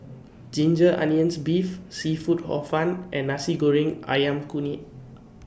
Ginger Onions Beef Seafood Hor Fun and Nasi Goreng Ayam Kunyit